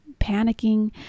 panicking